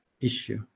issue